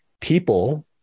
people